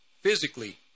physically